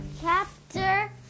Chapter